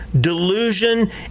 delusion